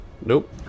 Nope